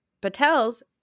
Patel's